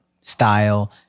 style